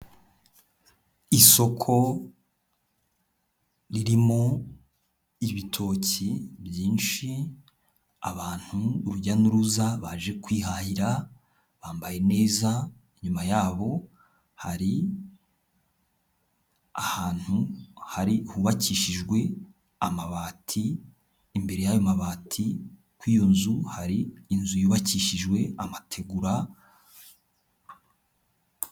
Isoko ririmo ibitoki byinshi, abantu urujya n'uruza baje kwihahira, bambaye neza; inyuma yabo hari ahantu hubakishijwe amabati; imbere y'ayo mabati kuri iyo nzu hari inzu yubakishijwe amategura.